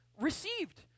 received